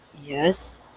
Yes